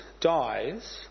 dies